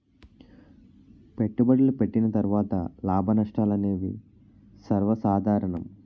పెట్టుబడులు పెట్టిన తర్వాత లాభనష్టాలు అనేవి సర్వసాధారణం